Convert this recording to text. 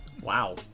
Wow